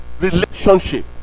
relationship